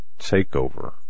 takeover